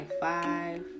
five